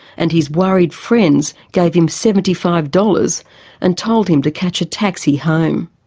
and his worried friends gave him seventy five dollars and told him to catch a taxi home.